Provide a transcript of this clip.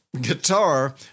guitar